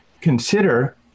consider